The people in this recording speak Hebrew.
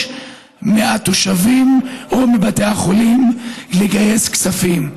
מהתושבים או מבתי החולים לגייס כספים.